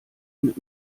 mit